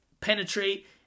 penetrate